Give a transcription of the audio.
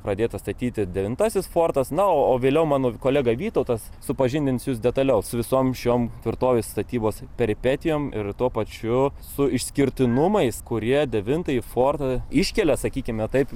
pradėtas statyti devintasis fortas na o vėliau mano kolega vytautas supažindins jus detaliau su visom šiom tvirtovės statybos peripetijom ir tuo pačiu su išskirtinumais kurie devintąjį fortą iškelia sakykime taip